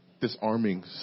disarming